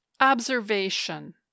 observation